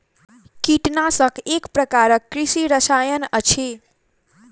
कीटनाशक एक प्रकारक कृषि रसायन अछि